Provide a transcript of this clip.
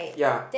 yea